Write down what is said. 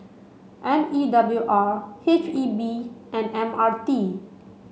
M E W R H E B and M R T